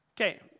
Okay